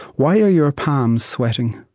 why are your palms sweating?